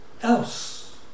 else